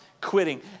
quitting